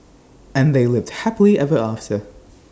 and they lived happily ever after